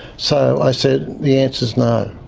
so i said, the answer's no.